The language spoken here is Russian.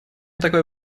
такой